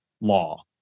law